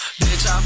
bitch